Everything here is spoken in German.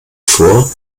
vor